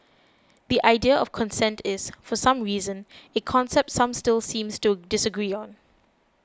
the idea of consent is for some reason a concept some still seem to disagree on